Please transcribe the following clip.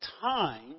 time